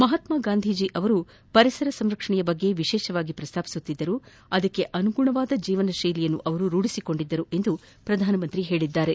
ಮಹಾತ್ಮ ಗಾಂಧೀಜಿ ಅವರು ಪರಿಸರ ಸಂರಕ್ಷಣೆಯ ಬಗ್ಗೆ ವಿಶೇಷವಾಗಿ ಪ್ರಸ್ತಾಪಿಸುತ್ತಿದ್ದರು ಅದಕ್ಕೆ ಅನುಗುಣವಾದ ಜೀವನಶೈಲಿಯನ್ನು ರೂಢಿಸಿಕೊಂಡಿದ್ದರು ಎಂದು ಪ್ರಧಾನಮಂತ್ರಿ ಹೇಳಿದ್ದಾರೆ